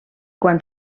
quan